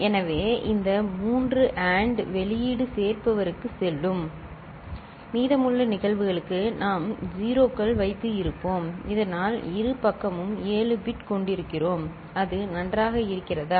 எனவே இந்த 3 AND வெளியீடு சேர்ப்பவருக்குச் செல்லும் மீதமுள்ள நிகழ்வுகளுக்கு நாம் 0 கள் வைத்து இருப்போம் இதனால் இரு பக்கமும் 7 பிட் கொண்டிருக்கிறோம் அது நன்றாக இருக்கிறதா